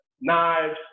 knives